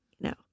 no